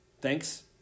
Thanks